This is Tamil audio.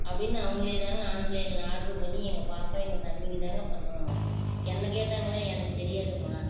அப்படின்னு அவங்களே தாங்க ஆன்லைன்ல ஆர்டர் பண்ணி எங்கள் பாப்பா எங்கள் தம்பிங்க தாங்க பண்ணுவாங்க என்ன கேட்டாங்களா எனக்கு தெரியாதும்மா